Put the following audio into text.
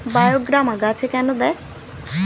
বায়োগ্রামা গাছে কেন দেয়?